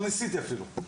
לא ניסיתי אפילו,